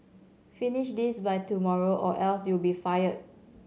finish this by tomorrow or else you'll be fired